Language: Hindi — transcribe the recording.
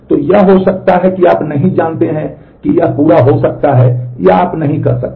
तो यह हो सकता है कि आप नहीं जानते कि यह पूरा हो सकता है या आप नहीं कर सकते